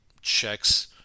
checks